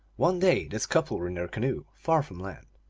one day this couple were in their canoe, far from land.